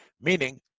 Meaning